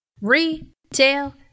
retail